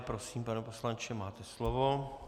Prosím, pane poslanče, máte slovo.